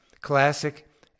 Classic